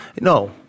No